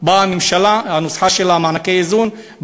הנוסחה של מענקי האיזון,